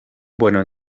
bueno